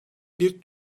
bir